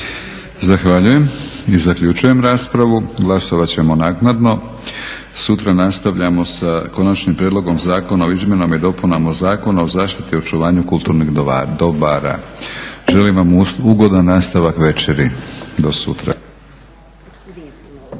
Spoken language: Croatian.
Zahvaljujem. Zaključujem raspravu. Glasovat ćemo naknadno. Sutra nastavljamo sa Konačnim prijedlogom zakona o izmjenama i dopunama Zakona o zaštiti i očuvanju kulturnih dobara. Želim vam ugodan nastavak večeri do sutra.